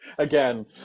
Again